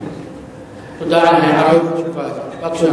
תודה על ההערה החשובה הזאת.